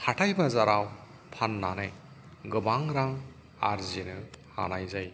हाथाय बाजाराव फाननानै गोबां रां आरजिनो हानाय जायो